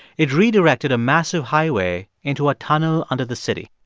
it redirected a massive highway into a tunnel under the city.